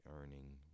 earning